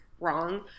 wrong